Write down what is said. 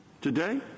today